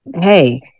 hey